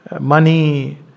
money